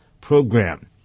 Program